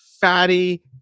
fatty